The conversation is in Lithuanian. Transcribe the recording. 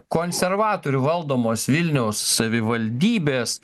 konservatorių valdomos vilniaus savivaldybės